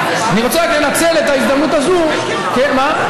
אני רוצה רק לנצל את ההזדמנות הזו, מה?